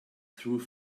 through